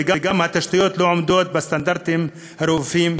וגם התשתיות לא עומדות בסטנדרטים הרפואיים,